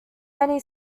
many